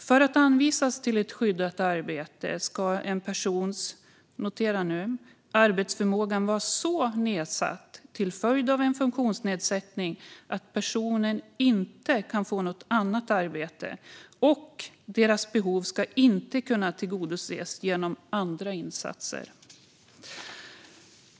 För att anvisas till ett skyddat arbete ska en persons arbetsförmåga - notera detta! - vara så nedsatt till följd av en funktionsnedsättning att personen inte kan få något annat arbete, och personens behov ska inte kunna tillgodoses genom andra insatser.